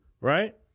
right